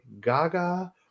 Gaga